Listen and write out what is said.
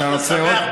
אתה רוצה עוד,